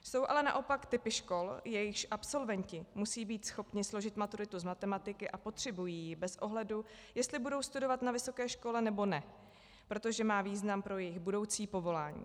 Jsou ale naopak typy škol, jejichž absolventi musí být schopni složit maturitu z matematiky a potřebují ji bez ohledu, jestli budou studovat na vysoké škole, nebo ne, protože má význam pro jejich budoucí povolání.